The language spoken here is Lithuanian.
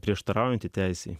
prieštaraujantį teisei